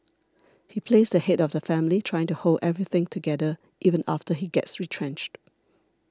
he plays the head of the family trying to hold everything together even after he gets retrenched